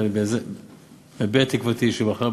ומביע את תקוותי שמחר,